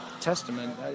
testament